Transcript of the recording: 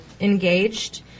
engaged